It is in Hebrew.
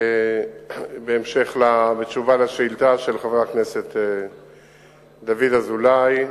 בהמשך לתשובה לשאילתא של חבר הכנסת דוד אזולאי,